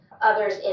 others